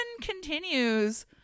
continues